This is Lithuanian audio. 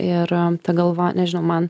ir ta galva nežinau man